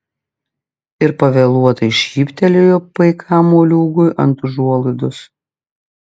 ir pavėluotai šyptelėjo paikam moliūgui ant užuolaidos